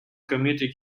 committing